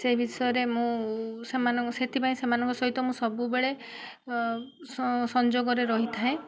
ସେ ବିଷୟରେ ମୁଁ ସେମାନଙ୍କ ସେଥିପାଇଁ ସେମାନଙ୍କ ସହିତ ମୁଁ ସବୁବେଳେ ସଂଯୋଗରେ ରହିଥାଏ